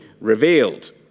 revealed